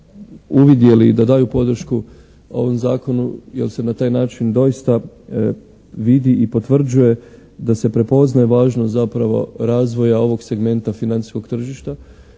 uvidjeli da daju podršku ovom zakonu, jer se na taj način doista vidi i potvrđuje da se prepoznaje važnost zapravo razvoja ovog segmenta financijskog tržišta